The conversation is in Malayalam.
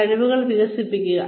കഴിവുകൾ വികസിപ്പിക്കുക